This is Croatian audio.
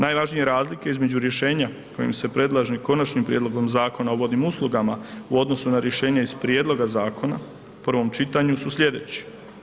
Najvažnije razlike između rješenja kojim se predlaže Konačnim prijedlogom zakona o vodnim uslugama u odnosu na rješenja iz prijedloga zakona u prvom čitanju su sljedeće.